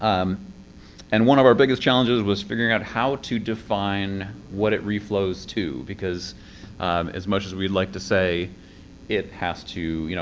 um and one of our biggest challenges was figuring out how to define what it reflows to. because as much as we'd like to say it has to. you know,